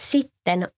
Sitten